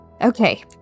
Okay